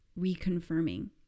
reconfirming